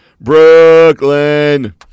Brooklyn